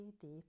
deep